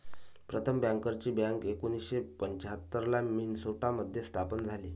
प्रथम बँकर्सची बँक एकोणीसशे पंच्याहत्तर ला मिन्सोटा मध्ये स्थापन झाली